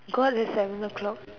because it's seven o-clock